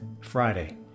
Friday